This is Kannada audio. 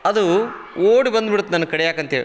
ಅದು ಓಡಿ ಬಂದ್ಬಿಡ್ತು ನನ್ನ ಕಡಿಯಾಕಂತೇಳಿ